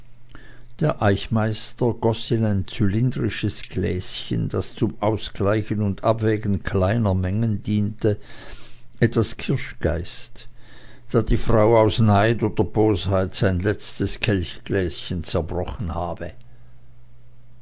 der eichmeister goß in ein zylindrisches gläschen das zum ausgleichen und abwägen kleiner mengen diente etwas kirschgeist da die frau aus neid oder bosheit sein letztes kelchgläschen zerbrochen habe